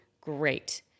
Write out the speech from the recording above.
great